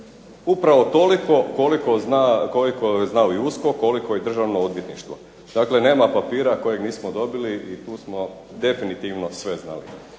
upravo toliko koliko je znao i USKOK koliko i Državno odvjetništvo, dakle nema papira koje nismo dobili i tu smo definitivno sve znali.